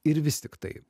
ir vis tiktai